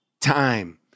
time